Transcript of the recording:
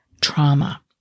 trauma